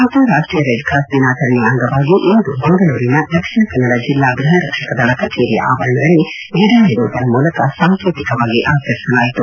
ಅಂತಾರಾಷ್ಷೀಯ red cross ದಿನಾಚರಣೆಯ ಅಂಗವಾಗಿ ಇಂದು ಮಂಗಳೂರಿನ ದಕ್ಷಿಣ ಕನ್ನಡ ಜಿಲ್ಲಾ ಗೃಹ ರಕ್ಷಕದಳ ಕಚೇರಿಯ ಆವರಣದಲ್ಲಿ ಗಿಡ ನೆಡುವುದರ ಮೂಲಕ ಸಾಂಕೇತಿಕವಾಗಿ ಆಚರಿಸಲಾಯಿತು